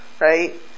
Right